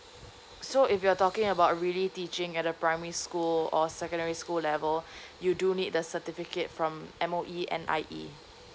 so if you're talking about really teaching at the primary school or secondary school level you do need the certificate from M_O_E N_I_E